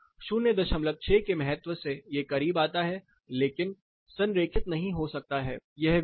लेकिन 06 के महत्व से यह करीब आता है लेकिन संरेखित नहीं हो सकता है